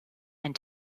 and